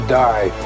die